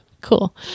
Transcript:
Cool